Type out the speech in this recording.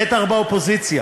בטח באופוזיציה.